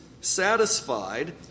satisfied